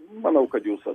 manau kad jūs a